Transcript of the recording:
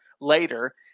later